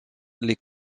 les